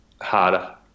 harder